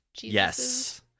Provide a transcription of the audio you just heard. yes